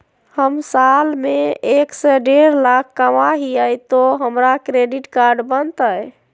हम साल में एक से देढ लाख कमा हिये तो हमरा क्रेडिट कार्ड बनते?